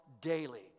Daily